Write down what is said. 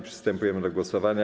Przystępujemy do głosowania.